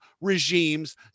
regimes